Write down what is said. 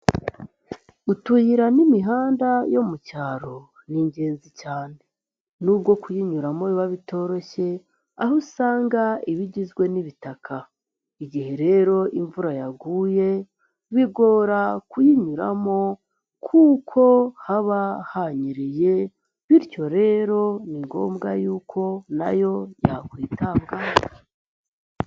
Utuyira n'imihanda yo mu cyaro, ni ingenzi cyane nubwo kuyinyuramo biba bitoroshye, aho usanga iba igizwe n'ibitaka. Igihe rero imvura yaguye, bigora kuyinyuramo kuko haba hanyereye, bityo rero ni ngombwa yuko na yo yakwitabwaho.